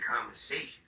conversation